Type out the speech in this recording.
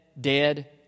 dead